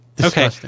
Okay